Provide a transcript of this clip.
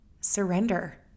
Surrender